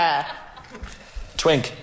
Twink